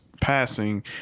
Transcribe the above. passing